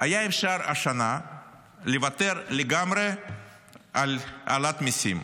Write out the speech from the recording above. היה אפשר השנה לוותר לגמרי על העלאת מיסים,